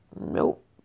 Nope